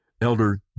Elder